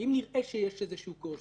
אז כמובן שעליה חל --- כלומר,